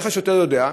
איך השוטר יודע?